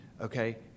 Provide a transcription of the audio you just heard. okay